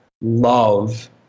love